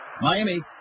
Miami